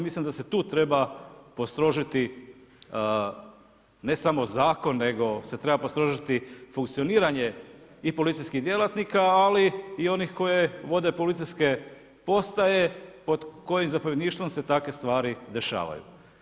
Mislim da se tu treba postrožiti ne samo zakon nego se treba postrožiti funkcioniranje i policijskih djelatnika ali i onih koji vode policijske postaje pod kojim zapovjedništvom se takve stvari dešavaju.